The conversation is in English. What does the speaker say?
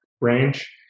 range